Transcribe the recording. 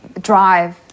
drive